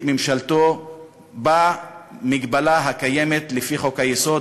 ממשלתו במגבלה הקיימת לפי חוק-היסוד,